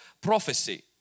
prophecy